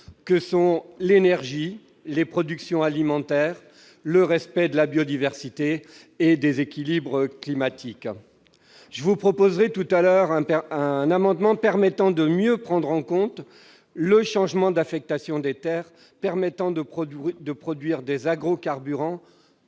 à savoir l'énergie, les productions alimentaires, le respect de la biodiversité et les équilibres climatiques. Je proposerai tout à l'heure un amendement visant à mieux prendre en compte le changement d'affectation des terres permettant de produire des agrocarburants,